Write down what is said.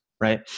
right